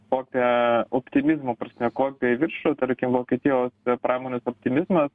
kopia optimizmo prasme kopia į viršų tarkim vokietijos pramonės optimizmas